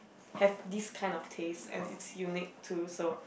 have this kind of taste and it's unique too so